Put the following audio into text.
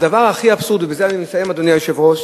הדבר הכי אבסורדי, אדוני היושב-ראש,